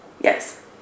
Yes